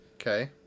Okay